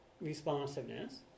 responsiveness